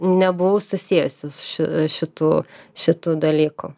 nebuvau susiejusi ši šitų šitų dalykų